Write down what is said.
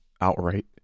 outright